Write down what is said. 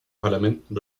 parlamenten